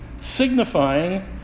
signifying